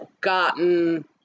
gotten